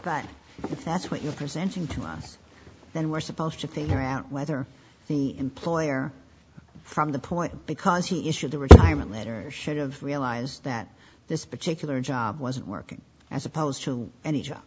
if that's what you're presenting to us then we're supposed to think they're out whether the employer from the point because he issued the retirement letter should've realized that this particular job wasn't working as opposed to any job